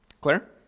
Claire